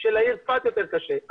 של צפת יותר קשה.